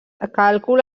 càlcul